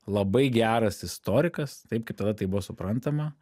labai geras istorikas taip kaip tada tai buvo suprantama